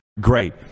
great